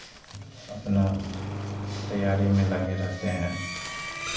अपना तैयारी में लगे रहते हैं